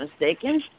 mistaken